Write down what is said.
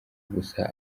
gusa